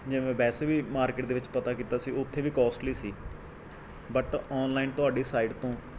ਜੇ ਮੈਂ ਵੈਸੇ ਵੀ ਮਾਰਕੀਟ ਦੇ ਵਿੱਚ ਪਤਾ ਕੀਤਾ ਸੀ ਉੱਥੇ ਵੀ ਕੋਸਟਲੀ ਸੀ ਬੱਟ ਔਨਲਾਈਨ ਤੁਹਾਡੀ ਸਾਈਟ ਤੋਂ